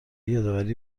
یادآوری